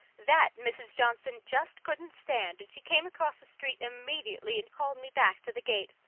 that, mrs. johnson just couldn't stand, and she came across the street immediately and called me back to the gate.